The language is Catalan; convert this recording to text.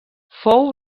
fou